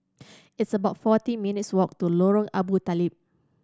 it's about forty minutes' walk to Lorong Abu Talib